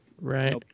Right